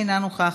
אינה נוכחת,